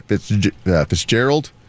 Fitzgerald